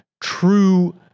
true